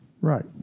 Right